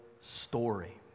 story